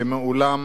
שמעולם